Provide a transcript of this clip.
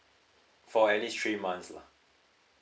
for at least three months lah